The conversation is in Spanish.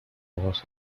ojos